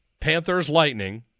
Panthers-Lightning